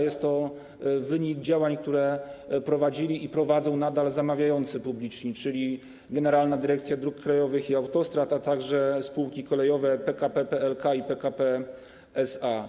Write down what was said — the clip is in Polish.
Jest to wynik działań, które prowadzili i prowadzą nadal zamawiający publiczni, czyli Generalna Dyrekcja Dróg Krajowych i Autostrad, a także spółki kolejowe PKP PLK i PKP SA.